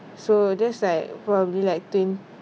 so that's like probably like twenty